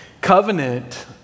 Covenant